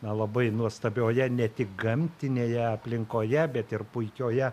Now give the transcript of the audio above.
na labai nuostabioje ne tik gamtinėje aplinkoje bet ir puikioje